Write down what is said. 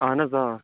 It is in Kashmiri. اَہَن حظ آ